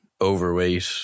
overweight